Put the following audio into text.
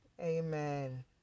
Amen